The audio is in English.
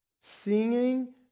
Singing